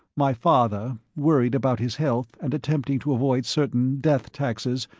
my father, worried about his health and attempting to avoid certain death taxes,